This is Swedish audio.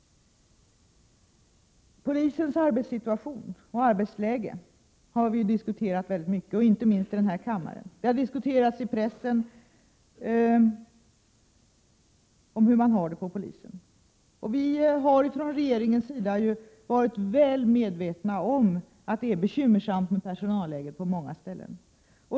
Polisens arbetssituation och arbetsläge har vi diskuterat väldigt mycket, inte minst här i kammaren. Det har diskuterats också i pressen hur polisen har det. Vi har från regeringen varit väl medvetna om att personalläget är bekymmersamt på många ställen.